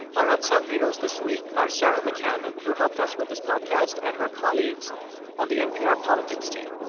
our unsung heroes this week are sarah mccammon, who helped us with this podcast and her colleagues on the npr politics team.